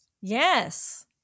Yes